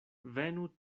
venu